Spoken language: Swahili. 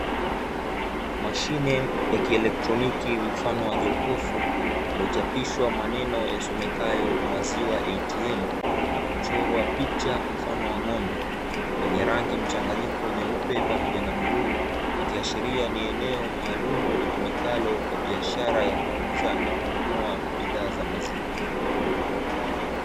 Mashine ya kielektroniki mfano wa jokofu iliyochapishwa maneno yasomekayo "Maziwa ATM" na kuchorwa picha mfano wa ng'ombe, yenye rangi nyeupe pamoja na bluu, ikiashiria ni eneo maalumu litumikalo kwa biashara ya kuuza na kununua bidhaa za maziwa.